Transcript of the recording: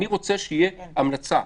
אני רוצה שתהיה המלצה,